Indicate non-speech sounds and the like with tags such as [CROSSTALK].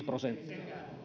[UNINTELLIGIBLE] prosenttia